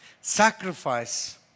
sacrifice